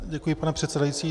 Děkuji, pane předsedající.